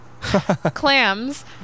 Clams